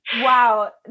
wow